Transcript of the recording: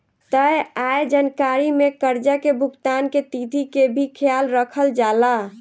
तय आय जानकारी में कर्जा के भुगतान के तिथि के भी ख्याल रखल जाला